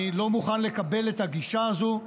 אני לא מוכן לקבל את הגישה הזו.